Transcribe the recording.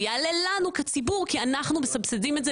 זה יעלה לנו כציבור כי אנחנו מסבסדים את זה